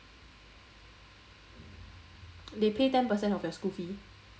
they pay ten percent of your school fee